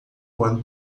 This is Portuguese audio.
one